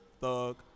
Thug